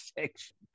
section